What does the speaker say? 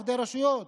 עובדי רשויות